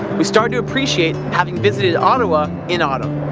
we started to appreciate having visited ottawa in autumn.